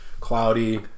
cloudy